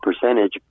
percentage